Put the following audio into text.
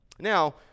Now